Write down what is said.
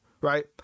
right